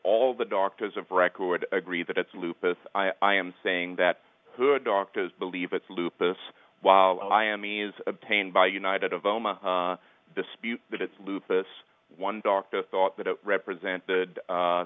all the doctors of record agree that it's lupus i am saying that her doctors believe it's lupus while i am me is obtained by united of oma dispute that it's lupus one doctor thought that it represented